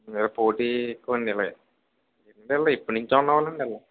పోటీ ఎక్కువండి వీళ్ళవి అంటే వాళ్ళు ఎప్పుడునించో ఉన్నోళ్లండి వాళ్ళు